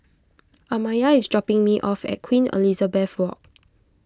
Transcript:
Amaya is dropping me off at Queen Elizabeth Walk